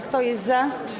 Kto jest za?